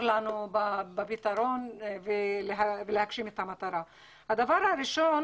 לנו בפתרון הבעיה ולהגשים את המטרה: הדבר הראשון